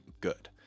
good